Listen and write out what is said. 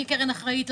אני קרן אחראית,